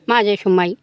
माजे समाइ